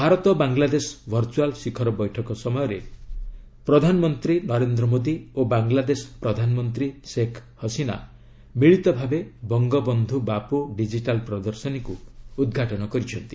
Bharat Bangladesh virtual ଶିଖର ବୈଠକ ସମୟରେ ପ୍ରଧାନମନ୍ତ୍ରୀ ନରେନ୍ଦ୍ର ମୋଦି ଓ ବାଙ୍ଗ୍ଲାଦେଶ ପ୍ରଧାନମନ୍ତ୍ରୀ ଶେଖ୍ ହସିନା ମିଳିତ ଭାବେ ବଙ୍ଗବନ୍ଧ ବାପ୍ର ଡିଜିଟାଲ୍ ପ୍ରଦର୍ଶନୀକୁ ଉଦ୍ଘାଟନ କରିଛନ୍ତି